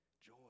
joy